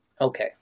Okay